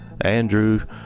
Andrew